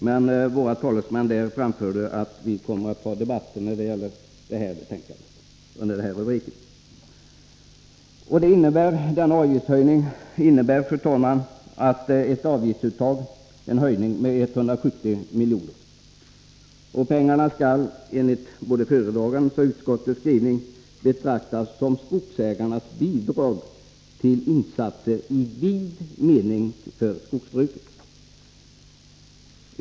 Men våra talesmän i skatteutskottet har framfört att vi kommer att ta upp skogsvårdsavgiften under debatten om detta betänkande. Detta avgiftsuttag innebär en avgiftshöjning på 170 milj.kr. Pengarna skall enligt både föredragandens och utskottets skrivning betraktas som skogsägarnas bidrag till insatser i vid mening för skogsbruket.